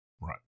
Right